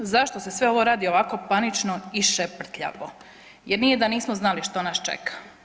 Zašto se sve ovo radi ovako panično i šeprtljavo jer nije da nismo znali što nas čeka.